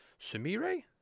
Sumire